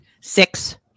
Six